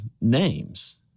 names